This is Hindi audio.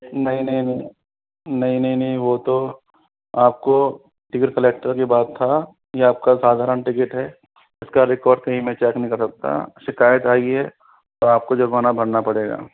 नहीं नहीं नहीं नहीं नहीं नहीं वो तो आपको टिकट कलेक्टर के पास था या आपका साधारण टिकट है इसका रिकॉर्ड कहीं मैं चेक नहीं करा सकता शिकायत आई है तो आपको जुर्माना भरना पड़ेगा